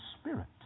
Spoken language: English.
Spirit